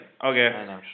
Okay